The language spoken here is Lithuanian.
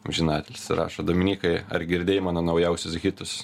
amžinatilsį rašo dominykai ar girdėjai mano naujausius hitus